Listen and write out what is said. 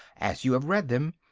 as you have read them,